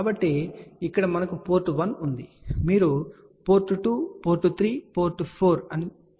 కాబట్టి ఇక్కడ మనకు పోర్ట్ 1 ఉంది మీరు పోర్ట్ 2 పోర్ట్ 3 పోర్ట్ 4 అని చెప్పవచ్చు